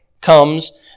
comes